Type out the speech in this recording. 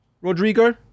rodrigo